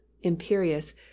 imperious